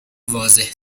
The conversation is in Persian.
واضح